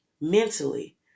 mentally